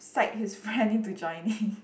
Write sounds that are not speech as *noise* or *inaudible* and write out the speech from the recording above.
psych his friend *laughs* into joining *breath*